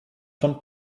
von